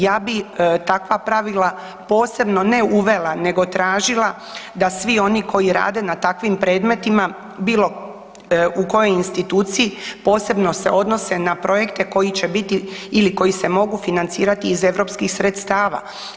Ja bih takva pravila posebno, ne uvela, nego tražila da svi oni koji rade na takvim predmetima, bilo u kojoj instituciji, posebno se odnose na projekte koji će biti ili koji se mogu financirati iz EU sredstava.